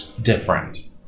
different